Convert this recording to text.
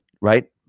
right